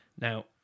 Now